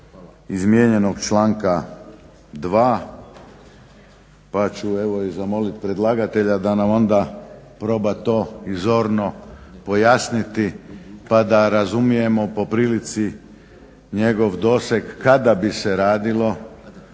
izmijenjenog članka 2. Pa ću zamolit predlagatelja da nam onda proba to i zorno pojasniti pa da razumijemo po prilici njegov doseg kada bi se radilo